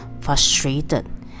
frustrated